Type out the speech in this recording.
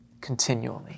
continually